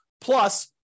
plus